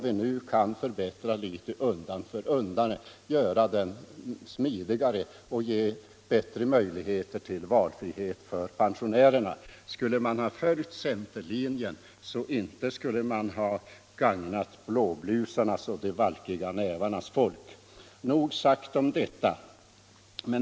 Vi kan nu förbättra den undan för undan, göra den smidigare och ge pensionärerna bättre möjligheter till valfrihet. Hade vi i stället följt centerlinjen, så inte hade vi gagnat blåblusarnas och de valkiga nävarnas folk. — Nog sagt om detta.